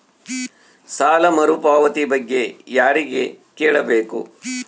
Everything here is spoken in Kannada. ಸಾಲ ಮರುಪಾವತಿ ಬಗ್ಗೆ ಯಾರಿಗೆ ಕೇಳಬೇಕು?